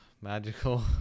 magical